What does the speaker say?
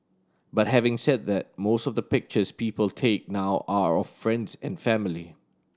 but having said that most of the pictures people take now are of friends and family